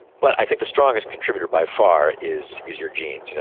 but i think the strongest contributor by far is is your jeans. you know